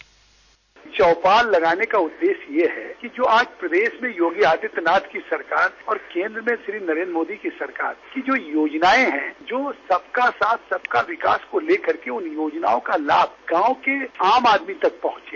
bite चौपाल लगाने का उद्देश्य यह है कि जो आज प्रदेश में योगी आदित्यनाथ की सरकार और केन्द्र में श्री नरेन्द्र मोदी की सरकार की जो योजनाएं है जो सबका साथ सबका विकास को लेकर के उन योजनाओं का लाभ गांव के आम आदमी तक पहुंचे